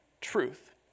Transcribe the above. truth